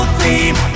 theme